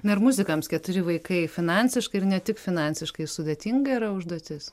na ir muzikams keturi vaikai finansiškai ir ne tik finansiškai sudėtinga yra užduotis